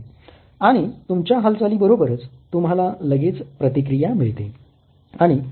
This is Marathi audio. आणि तुमच्या हालचाली बरोबरच तुम्हाला लगेच प्रतिक्रिया मिळते